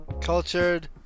Cultured